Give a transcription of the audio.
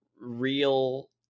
real